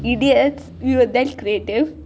idiots we were that creative